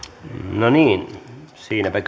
no niin siinäpä